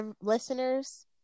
listeners